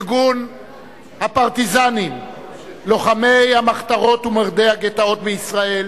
ארגון הפרטיזנים לוחמי המחתרות ומורדי הגטאות בישראל,